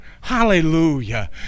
Hallelujah